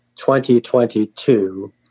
2022